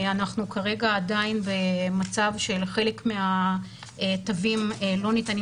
אנחנו כרגע עדיין במצב של חלק מהתווים לא ניתנים